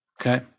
Okay